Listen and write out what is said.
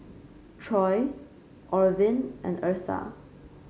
Troy Orvin and Eartha